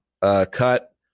cut